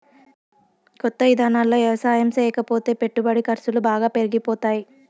కొత్త ఇదానాల్లో యవసాయం చేయకపోతే పెట్టుబడి ఖర్సులు బాగా పెరిగిపోతాయ్